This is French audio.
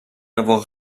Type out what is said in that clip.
avoir